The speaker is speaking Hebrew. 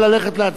אולי כדאי.